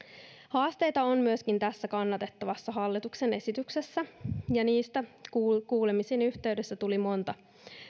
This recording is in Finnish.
haasteita on myöskin tässä kannatettavassa hallituksen esityksessä ja niistä kuulemisen yhteydessä tuli monta